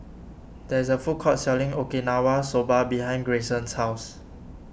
there is a food court selling Okinawa Soba behind Grayson's house